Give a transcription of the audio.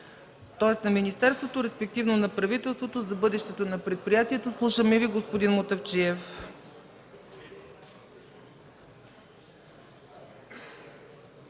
на министерството, респективно на правителството за бъдещето на предприятието. Господин Мутафчиев,